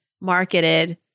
marketed